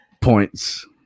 points